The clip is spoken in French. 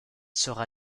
sera